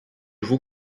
vous